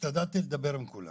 השתדלתי לדבר עם כולם.